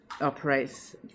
operates